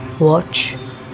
Watch